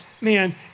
man